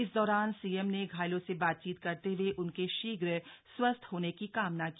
इस दौरान सीएम ने घायलों से बातचीत करते हए उनके शीघ्र स्वस्थ होने की कामना की